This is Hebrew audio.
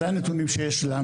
אלה הנתונים שיש לנו כרגע.